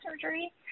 surgery